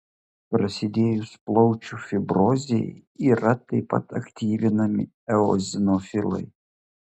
prasidėjus plaučių fibrozei yra taip pat aktyvinami eozinofilai